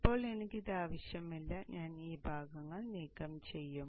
ഇപ്പോൾ എനിക്ക് ഇത് ആവശ്യമില്ല ഞാൻ ഈ ഭാഗങ്ങൾ നീക്കം ചെയ്യും